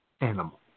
animal